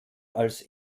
als